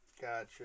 Gotcha